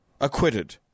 acquitted